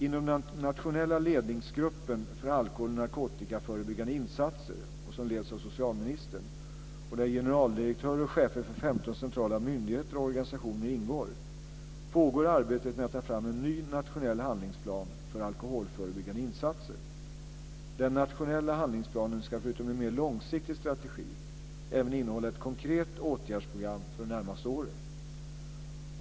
Inom den nationella ledningsgruppen för alkoholoch narkotikaförebyggande insatser, som leds av socialministern och där generaldirektörer och chefer för 15 centrala myndigheter och organisationer ingår, pågår arbetet med att ta fram en ny nationell handlingsplan för alkoholförebyggande insatser. Den nationella handlingsplanen ska förutom en mer långsiktig strategi även innehålla ett konkret åtgärdsprogram för de närmaste åren.